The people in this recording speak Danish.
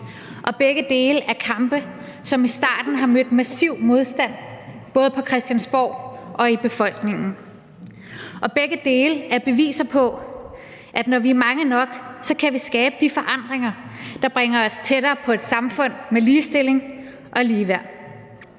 og begge dele er kampe, som i starten har mødt massiv modstand, både på Christiansborg og i befolkningen. Begge dele er beviser på, at når vi er mange nok, kan vi skabe de forandringer, der bringer os tættere på et samfund med ligestilling og ligeværd.